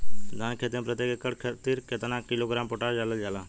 धान क खेती में प्रत्येक एकड़ खातिर कितना किलोग्राम पोटाश डालल जाला?